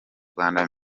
rwanda